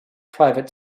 private